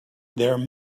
there